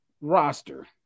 roster